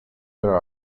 their